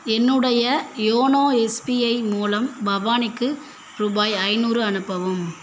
என்னுடைய YONO SBI மூலம் பவானிக்கு ரூபாய் ஐநூறு அனுப்பவும்